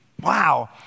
wow